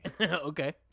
Okay